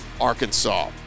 Arkansas